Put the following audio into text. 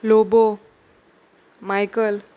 Lobo Michael